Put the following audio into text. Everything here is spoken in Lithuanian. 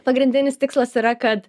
pagrindinis tikslas yra kad